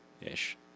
ish